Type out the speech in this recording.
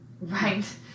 right